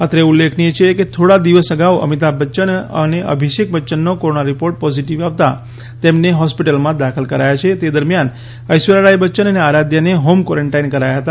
અત્રે ઉલ્લેખનીય છે કે થોડા દિવસ અગાઉ અમિતાભ બચ્યન અને અભિષેક બચ્યનનો કોરોના રીપોર્ટ પોઝીટીવ આવતા તેમને હ્રોસ્પિટલમાં દાખલ કરાયા છે તે દરમિયાન એશ્વર્યારાય બચ્યન અને આરાધ્યાને હોમ કવોરોન્ટાઇન કરાયા હતા